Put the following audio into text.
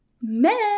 men